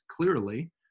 clearly